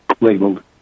labeled